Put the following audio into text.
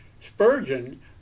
Spurgeon